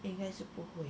一开始不